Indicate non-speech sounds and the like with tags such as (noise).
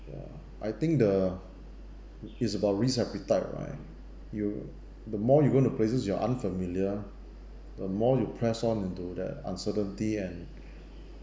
ya I think the it it's about risk appetite right you the more you going to places you are unfamiliar the more you press on into that uncertainty and (breath)